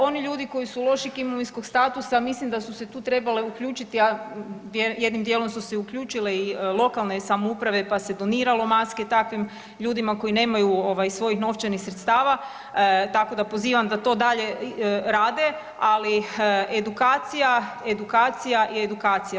Oni ljudi koji su lošeg imovinskog statusa mislim da su se tu trebale uključiti, a jednim dijelom su se i uključile i lokalne samouprave pa se doniralo maske takvim ljudima koji nemaju ovaj svojih novčanih sredstava, tako da pozivam da to dalje rade, ali edukacija, edukacija i edukacija.